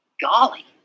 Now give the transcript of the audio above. Golly